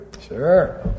sure